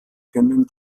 können